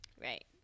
right